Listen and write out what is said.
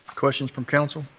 questions from council?